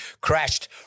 crashed